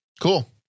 Cool